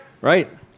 Right